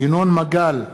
ינון מגל,